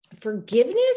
forgiveness